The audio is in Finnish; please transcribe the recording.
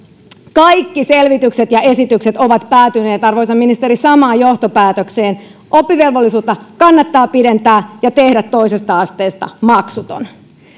kaikki selvitykset ja esitykset ovat päätyneet arvoisa ministeri samaan johtopäätökseen oppivelvollisuutta kannattaa pidentää ja tehdä toisesta asteesta maksuton